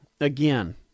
again